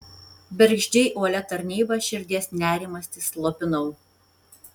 bergždžiai uolia tarnyba širdies nerimastį slopinau